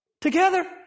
together